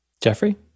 Jeffrey